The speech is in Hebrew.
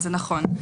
זה נכון.